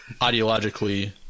ideologically